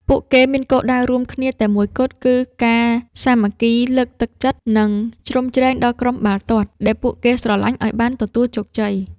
ពួកគេមានគោលដៅរួមគ្នាតែមួយគត់គឺការសាមគ្គីគ្នាលើកទឹកចិត្ត និង ជ្រោមជ្រែងដល់ក្រុមបាល់ទាត់ដែលពួកគេស្រលាញ់ឱ្យទទួលបានជោគជ័យ។